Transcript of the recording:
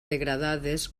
degradades